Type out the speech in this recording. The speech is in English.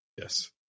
Yes